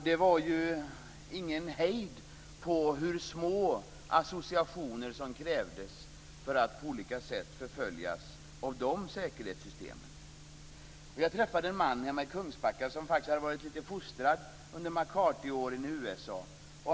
Det var ingen hejd på hur små associationer som krävdes för att på olika sätt förföljas av de säkerhetssystemen. Jag träffade en man hemma i Kungsbacka som faktiskt fostrats litet under McCarthy-åren i USA.